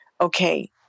okay